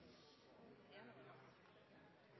en av de